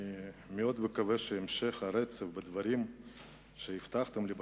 אני מאוד מקווה שהמשך הרצף בדברים שהבטחתם לי,